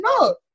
no